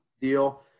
deal